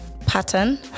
pattern